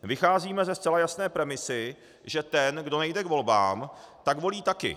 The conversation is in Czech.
Vycházíme ze zcela jasné premise, že ten, kdo nejde k volbám, tak volí taky.